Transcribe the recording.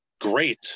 great